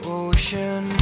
ocean